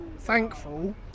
thankful